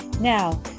Now